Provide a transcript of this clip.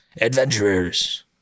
adventurers